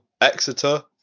Exeter